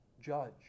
judge